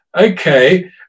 okay